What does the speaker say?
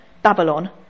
Babylon